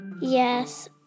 Yes